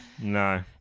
No